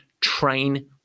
train